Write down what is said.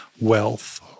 wealth—